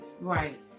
Right